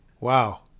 Wow